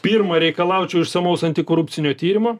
pirma reikalaučiau išsamaus antikorupcinio tyrimo